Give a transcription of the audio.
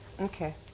Okay